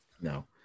No